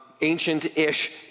Ancient-ish